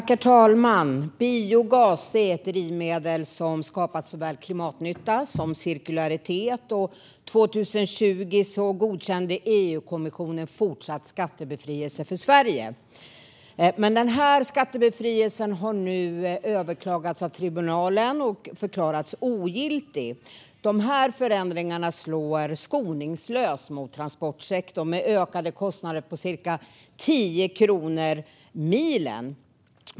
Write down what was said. Herr talman! Biogas är ett drivmedel som skapat såväl klimatnytta som cirkularitet. År 2020 godkände EU-kommissionen fortsatt skattebefrielse för Sverige. Den skattebefrielsen har nu överklagats av tribunalen och förklarats ogiltig. De förändringarna slår skoningslöst mot transportsektorn med ökade kostnader på cirka 10 kronor milen.